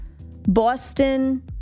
Boston